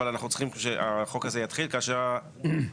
אבל אנחנו צריכים שהחוק הזה יתחיל כאשר המשאבים,